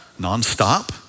nonstop